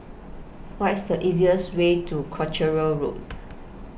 What IS The easiest Way to Croucher Road